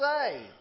say